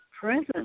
present